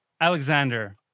Alexander